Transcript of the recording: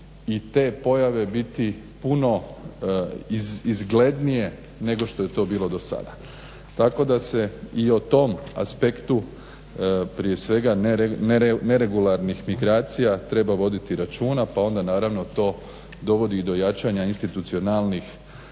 i te pojave biti puno izglednije nego što je to bilo do sada. tako da se i o tom aspektu prije svega neregularnih migracija treba voditi računa pa onda naravno to dovodi i do jačanja institucionalnih